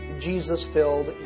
Jesus-filled